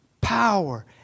power